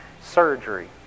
surgery